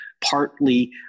Partly